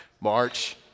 March